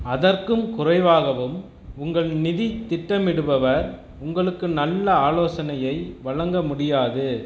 அதற்கும் குறைவாகவும் உங்கள் நிதித் திட்டமிடுபவர் உங்களுக்கு நல்ல ஆலோசனையை வழங்க முடியாது